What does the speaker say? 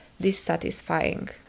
dissatisfying